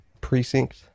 precinct